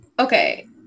Okay